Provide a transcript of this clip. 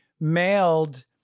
mailed